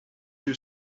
you